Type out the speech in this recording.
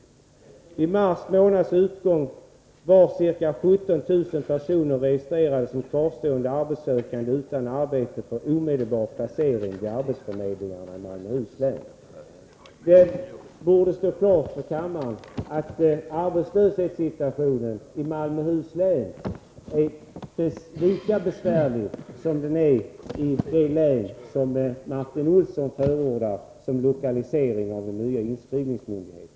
Vid mars månads utgång i år var ca 17 000 personer registrerade som kvarstående arbetssökande utan arbete för omedelbar placering vid arbetsförmedlingarna.” Det borde stå klart för kammaren att arbetslöshetssituationen i Malmöhus län är lika besvärlig som den är i det län som Martin Olsson förordar för lokalisering av den nya inskrivningsmyndigheten.